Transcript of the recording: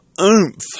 oomph